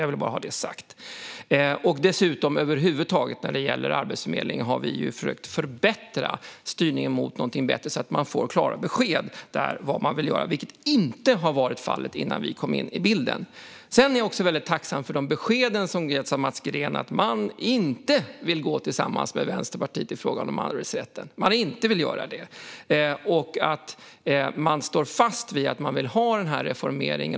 Jag vill bara ha det sagt. Dessutom har vi över huvud taget när det gäller Arbetsförmedlingen försökt förbättra styrningen, så att det blir klara besked om vad man vill göra. Så har inte varit fallet innan vi kom in i bilden. Jag är väldigt tacksam för de besked som ges av Mats Green: Man vill inte gå tillsammans med Vänsterpartiet i fråga om arbetsrätten. Man vill inte göra det, och man står fast vid att man vill ha denna reformering.